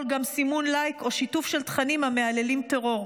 גם סימון לייק או שיתוף של תכנים המהללים טרור.